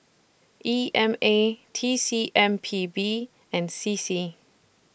E M A T C M P B and C C